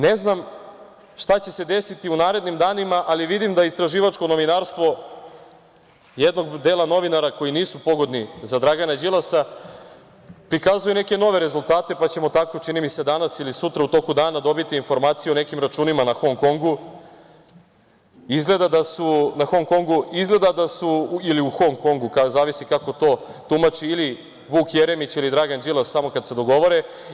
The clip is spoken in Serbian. Ne znam šta će se desiti u narednim danima, ali vidim da istraživačko novinarstvo jednog dela novinara koji nisu pogodni za Dragana Đilasa prikazuju neke nove rezultate, pa ćemo tako, čini mi se, danas ili sutra u toku dana dobiti informaciju o nekim računima na Hong Kongu ili u Hong Kongu, zavisi kako to tumači ili Vuk Jeremić, ili Dragan Đilas, samo kad se dogovore.